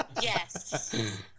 yes